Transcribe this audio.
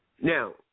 Now